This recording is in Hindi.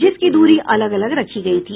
जिसकी दूरी अलग अलग रखी गयी थी